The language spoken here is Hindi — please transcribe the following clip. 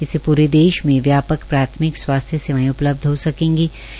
इससे पूरे देश में व्यापक प्राथमिक स्वास्थ्य सेवाएं उपलब्ध हो सकेंगीं